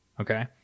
okay